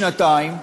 שנתיים,